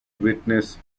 witness